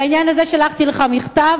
בעניין הזה שלחתי לך מכתב.